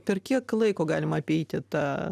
per kiek laiko galima apeiti tą